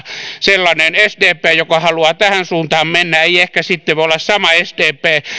sellainen sdp joka haluaa tähän suuntaan mennä ei ehkä sitten voi olla sama sdp